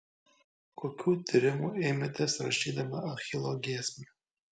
kokių tyrimų ėmėtės rašydama achilo giesmę